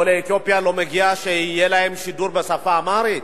לעולי אתיופיה לא מגיע שיהיה להם שידור בשפה האמהרית?